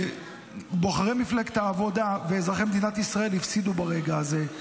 בוחרי מפלגת העבודה ואזרחי מדינת ישראל הפסידו ברגע הזה.